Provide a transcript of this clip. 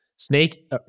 Snake